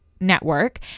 Network